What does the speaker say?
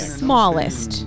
smallest